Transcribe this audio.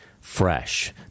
fresh